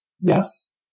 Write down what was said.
Yes